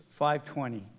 5.20